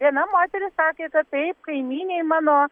viena moteris sakė taip kaimynei mano